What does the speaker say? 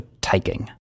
taking